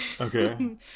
Okay